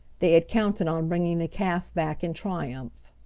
they had counted on bringing the calf back in triumph.